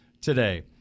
today